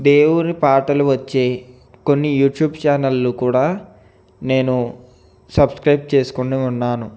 దేవుని పాటలు వచ్చే కొన్ని యూట్యూబ్ ఛానల్లు కూడా నేను సబ్స్క్రయిబ్ చేసుకొని ఉన్నాను